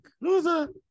Loser